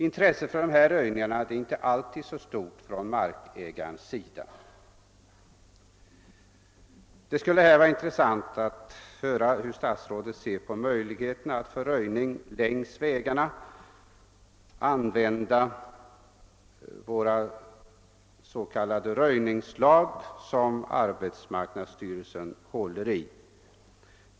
Intresset för dessa röjningar är inte alltid så stort hos markägarna. Jag vore tacksam om statsrådet ville redovisa hur han ser på möjligheterna att för röjning längs vägarna använda de s.k. röjningslag som arbetsmarknadsstyrelsen håller i.